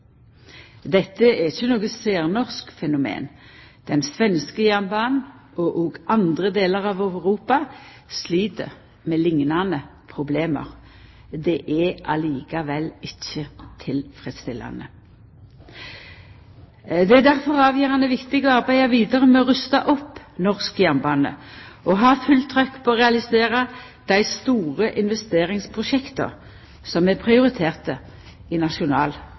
Dette er ikkje noko særnorsk fenomen. Den svenske jernbanen og også andre delar av Europa slit med liknande problem. Det er likevel ikkje tilfredsstillande. Det er difor avgjerande viktig å arbeida vidare med å rusta opp norsk jernbane, og å ha fullt trykk på å realisera dei store investeringsprosjekta som er prioriterte i Nasjonal